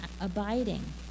abiding